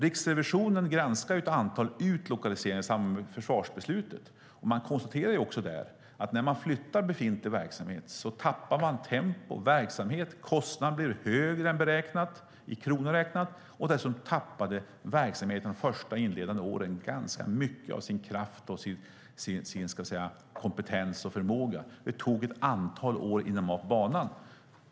Riksrevisionen granskade ett antal utlokaliseringar i samband med försvarsbeslutet, och de konstaterade att när man flyttar befintlig verksamhet tappar man tempo och verksamhet. Kostnaderna blir högre än beräknat i kronor räknat. Dessutom tappar verksamheten de första, inledande åren ganska mycket kraft, kompetens och förmåga. Det tar ett antal år innan man är på banan.